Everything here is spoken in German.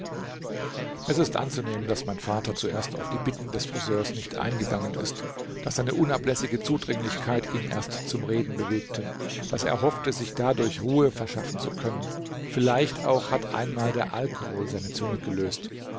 es ist anzunehmen daß mein vater zuerst auf die bitten des friseurs nicht eingegangen ist daß seine unablässige zudringlichkeit ihn erst zum reden bewegte daß er hoffte sich dadurch ruhe verschaffen zu können vielleicht auch hat einmal der alkohol seine zunge gelöst